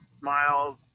smiles